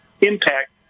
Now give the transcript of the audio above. impact